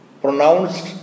pronounced